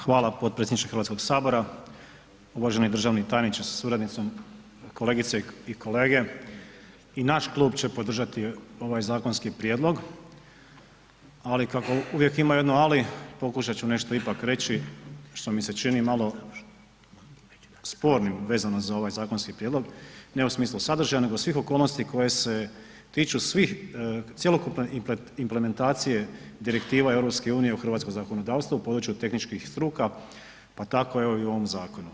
Hvala potpredsjedniče HS, uvaženi državni tajniče sa suradnicom, kolegice i kolege i naš klub će podržati ovaj zakonski prijedlog, ali kako uvijek ima jedno ali, pokušat ću nešto ipak reći što mi se čini malo spornim vezano za ovaj zakonski prijedlog, ne u smislu sadržaja, nego svih okolnosti koje se tiču svih, cjelokupne implementacije Direktiva EU u hrvatsko zakonodavstvo u području tehničkih struka, pa tako evo i u ovom zakonu.